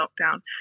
lockdown